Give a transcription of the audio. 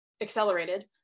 accelerated